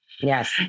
Yes